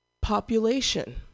population